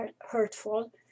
hurtful